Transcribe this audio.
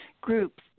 groups